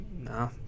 no